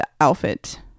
outfit